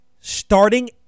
starting